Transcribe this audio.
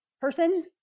person